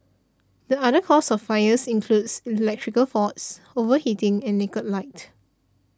the other causes of fires includes electrical faults overheating and naked light